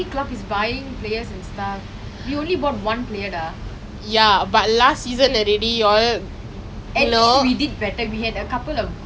dey Man U !wah! I'm not going to lie lah quite disappointed with their past two games it's not the start we wanted for the season